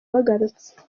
bagarutse